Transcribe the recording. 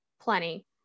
plenty